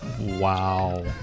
Wow